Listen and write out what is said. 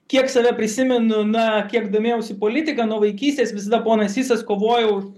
kiek save prisimenu na kiek domėjausi politika nuo vaikystės visada ponas sysas kovojau